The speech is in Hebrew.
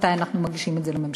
מתי אנחנו מגישים את זה לממשלה.